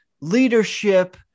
leadership